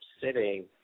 sitting